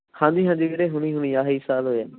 ਹਾਂਜੀ ਹਾਂਜੀ ਵੀਰੇ ਹੁਣੀ ਹੁਣੀ ਆਹੀ ਸਾਲ ਹੋਇਆ